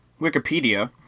Wikipedia